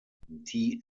die